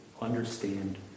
understand